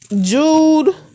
Jude